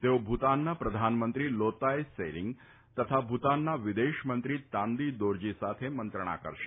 તેઓ ભૂતાનના પ્રધાનમંત્રી લોતાય ત્સેરીંગ તથા ભૂતાનના વિદેશમંત્રી તાંદી દોરજી સાથે મંત્રણા કરશે